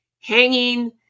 hanging